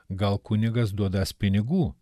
gal kunigas duodąs pinigų